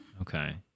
Okay